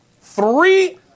Three